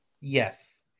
Yes